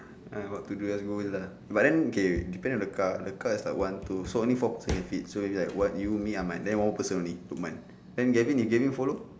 ah what to do just go in lah but then okay depend on the car the car is like one two so only four person can fit so is like what you me ahmad then one more person only lukman then galvin if galvin follow